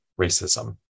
racism